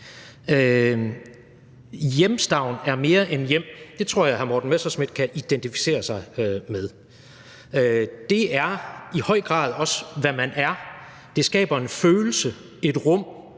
Hjemstavn er mere end hjem. Det tror jeg at hr. Morten Messerschmidt kan identificere sig med. Det er i høj grad også, hvad man er. Det skaber en følelse, et rum,